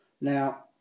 Now